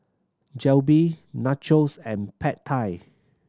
Jalebi Nachos and Pad Thai